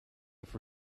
for